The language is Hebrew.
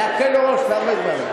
להקל ראש בהרבה דברים,